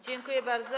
Dziękuję bardzo.